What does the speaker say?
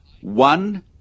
one